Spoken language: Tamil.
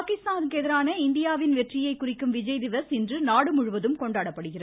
பாகிஸ்தானுக்கு எதிரான இந்தியாவின் வெற்றியை குறிக்கும் விஜய் திவஸ் இன்று நாடு முழுவதும் கொண்டாடப்படுகிறது